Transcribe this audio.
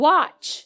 Watch